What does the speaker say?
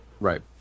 right